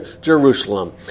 Jerusalem